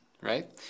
Right